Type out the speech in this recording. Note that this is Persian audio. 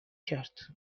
کرد